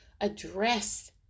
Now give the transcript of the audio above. address